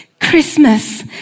Christmas